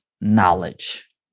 knowledge